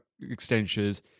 extensions